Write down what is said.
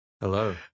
Hello